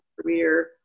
career